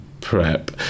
PrEP